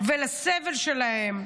ולסבל שלהן.